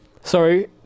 Sorry